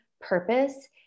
purpose